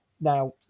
Now